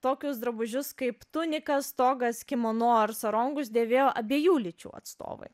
tokius drabužius kaip tuniką stogas kimono ar sarongus dėvėjo abiejų lyčių atstovai